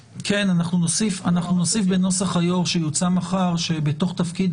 נוסיף בנוסח היו"ר שיוצע מחר שבתוך תפקיד